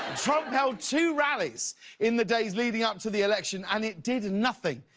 trump held two rallies in the days leading up to the election and it did nothing.